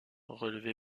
relevé